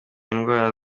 indwara